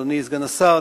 אדוני סגן השר,